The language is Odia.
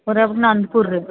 କୋରାପୁଟ ନାନପୁରରେ